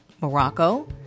Morocco